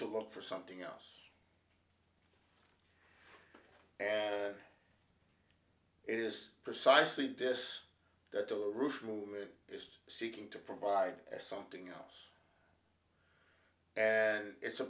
to look for something else it is precisely this that the roof movement is seeking to provide something out and it's a